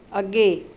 ਅੱਗੇ